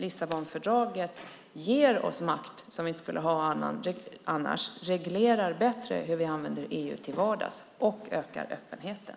Lissabonfördraget ger oss makt som vi inte skulle ha annars, reglerar bättre hur vi använder EU till vardags och ökar öppenheten.